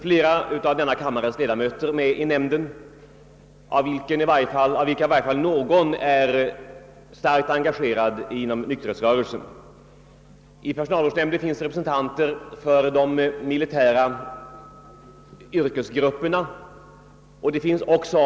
Flera av denna kammares ledamöter sitter med i nämnden, och i varje fall någon av dem är starkt engagerad inom nykterhetsrörelsen. I personalvårdsnämnden finns vidare representanter för de militära yrkesgrupperna och för folkrörelserna.